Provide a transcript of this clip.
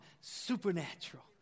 Supernatural